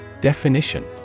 Definition